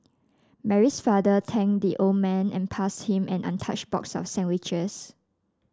Mary's father thanked the old man and passed him an untouched box of sandwiches